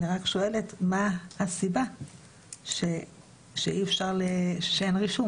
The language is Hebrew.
אני רק שואלת מה הסיבה שאין רישום.